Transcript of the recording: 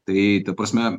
tai ta prasme